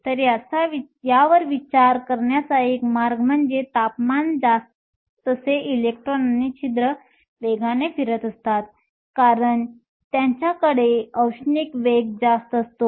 तर यावर विचार करण्याचा एक मार्ग म्हणजे तापमान जास्त तसे इलेक्ट्रॉन आणि छिद्र वेगाने फिरत असतात कारण त्यांच्याकडे औष्णिक वेग जास्त असतो